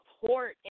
support